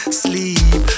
sleep